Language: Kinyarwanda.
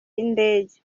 y’indege